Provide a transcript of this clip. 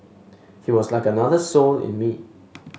he was like another soul in me